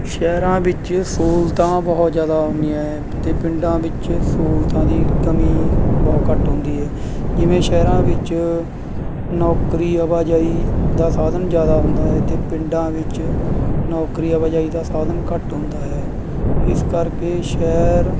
ਸ਼ਹਿਰਾਂ ਵਿੱਚ ਸਹੂਲਤਾਂ ਬਹੁਤ ਜ਼ਿਆਦਾ ਹੁੰਦੀਆਂ ਹੈ ਅਤੇ ਪਿੰਡਾਂ ਵਿੱਚ ਸਹੂਲਤਾਂ ਦੀ ਕਮੀ ਬਹੁਤ ਘੱਟ ਹੁੰਦੀ ਹੈ ਜਿਵੇਂ ਸ਼ਹਿਰਾਂ ਵਿੱਚ ਨੌਕਰੀ ਆਵਾਜਾਈ ਦਾ ਸਾਧਨ ਜ਼ਿਆਦਾ ਹੁੰਦਾ ਹੈ ਅਤੇ ਪਿੰਡਾਂ ਵਿੱਚ ਨੌਕਰੀ ਆਵਾਜਾਈ ਦਾ ਸਾਧਨ ਘੱਟ ਹੁੰਦਾ ਹੈ ਇਸ ਕਰਕੇ ਸ਼ਹਿਰ